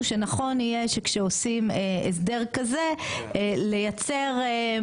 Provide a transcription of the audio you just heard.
שנכון יהיה שכשעושים הסדר כזה לייצר את